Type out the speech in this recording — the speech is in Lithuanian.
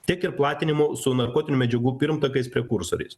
tiek ir platinimu su narkotinių medžiagų pirmtakais prekursoriais